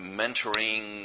mentoring